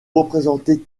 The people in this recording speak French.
représenter